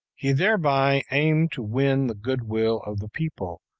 he thereby aimed to win the good-will of the people,